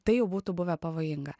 tai jau būtų buvę pavojinga